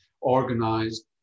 organized